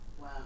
wow